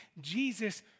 Jesus